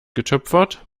getöpfert